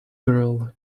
girl